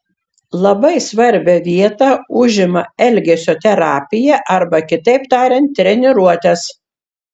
labai svarbią vietą užima elgesio terapija arba kitaip tariant treniruotės